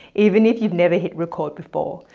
even if you've never hit record before.